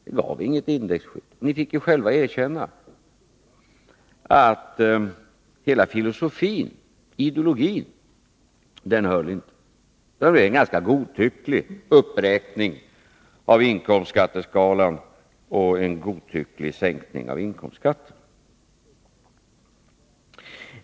Det gav inget indexskydd. Ni fick ju själva erkänna att hela filosofin, eller ideologin, inte höll. Det blev en ganska godtycklig uppräkning av inkomstskatteskalan och en godtycklig sänkning av inkomstskatten.